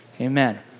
amen